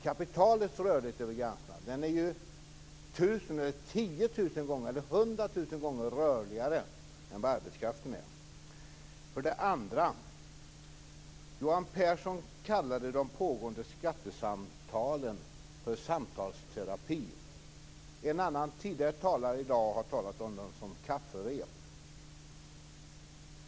Kapitalets rörlighet över gränserna är tusen, tiotusen eller hundratusen gånger rörligare än vad arbetskraften är. För det andra: Johan Pehrson kallade de pågående skattesamtalen för samtalsterapi. En annan talare har tidigare i dag pratat om dem som kafferep.